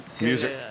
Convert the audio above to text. music